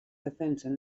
defensen